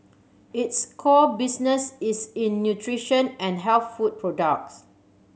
its core business is in nutrition and health food products